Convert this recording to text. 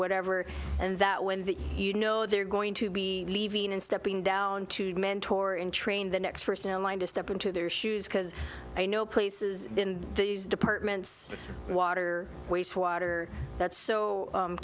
whatever and that when the you know they're going to be leaving and stepping down to mentor in training the next person in line to step into their shoes because i know places in these departments water waste water that's so